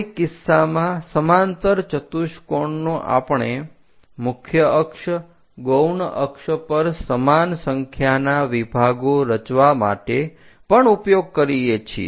કોઈ કિસ્સામાં સમાંતર ચતુષ્કોણનો આપણે મુખ્ય અક્ષ ગૌણ અક્ષ પર સમાન સંખ્યાના વિભાગો રચવા માટે પણ ઉપયોગ કરીએ છીએ